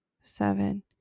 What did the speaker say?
seven